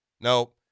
No